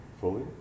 fully